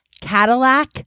Cadillac